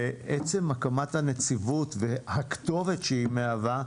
ועצם הקמת הנציבות והכתובת שהיא מהווה,